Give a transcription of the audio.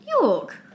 York